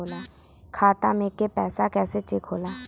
खाता में के पैसा कैसे चेक होला?